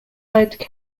alongside